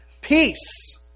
Peace